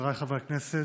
חבריי חברי הכנסת,